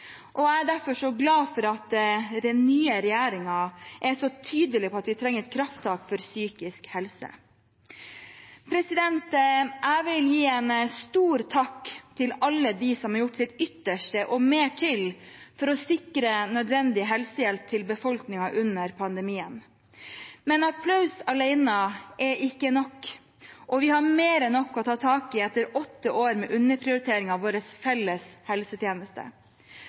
Jeg er derfor så glad for at den nye regjeringen er så tydelig på at vi trenger et krafttak for psykisk helse. Jeg vil gi en stor takk til alle som har gjort sitt ytterste og mer til for å sikre nødvendig helsehjelp til befolkningen under pandemien. Men applaus alene er ikke nok. Og vi har mer enn nok å ta tak i etter åtte år med underprioritering av vår felles helsetjeneste.